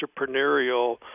entrepreneurial